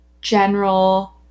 general